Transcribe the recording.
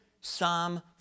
Psalm